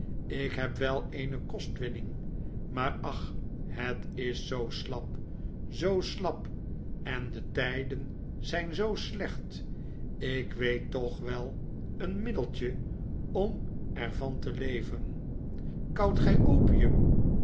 ik heb wel eene kostwinning maar ach het is zoo slap zoo slap en de tyden zijn zoo slecht ik weet toch wel een middeltje om er van te leven koud gij opium